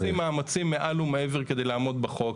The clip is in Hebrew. אנחנו עושים מאמצים מעל ומעבר כדי לעמוד בחוק.